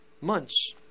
months